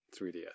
3DS